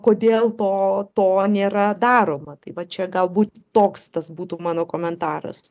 kodėl to to nėra daroma taip va čia galbūt toks tas būtų mano komentaras